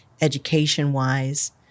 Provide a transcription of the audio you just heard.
education-wise